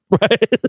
Right